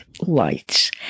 lights